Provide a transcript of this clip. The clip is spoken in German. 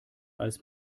als